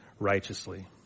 righteously